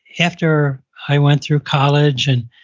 after i went through college and